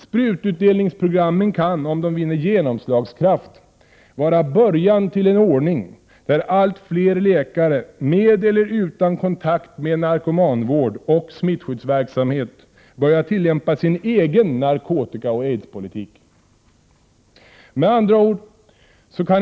Sprututdelningsprogrammen kan, om de vinner genomslagskraft, vara början till en ordning där allt fler läkare med eller utan kontakt med narkomanvård och smittskyddsverksamhet börjar tillämpa sin egen narkotikaoch aidspolitik.